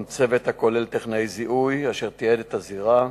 צוות הכולל טכנאי זיהוי אשר תיעד את הזירה,